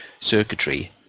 circuitry